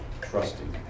trusting